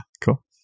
Cool